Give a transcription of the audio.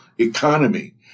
economy